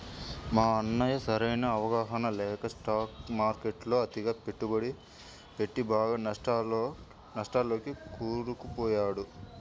మా అన్నయ్య సరైన అవగాహన లేక స్టాక్ మార్కెట్టులో అతిగా పెట్టుబడి పెట్టి బాగా నష్టాల్లోకి కూరుకుపోయాడు